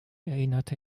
erinnerte